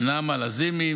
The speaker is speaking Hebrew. נעמה לזימי,